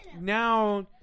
now